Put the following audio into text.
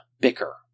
bicker